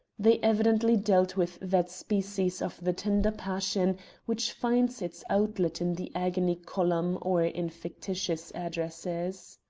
they evidently dealt with that species of the tender passion which finds its outlet in the agony column or in fictitious addresses.